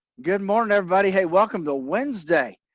good morning, everybody. hey, welcome to wednesday,